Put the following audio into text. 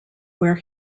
where